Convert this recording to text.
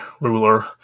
ruler